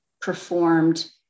performed